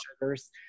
sugars